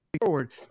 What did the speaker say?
forward